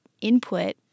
input